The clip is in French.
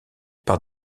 par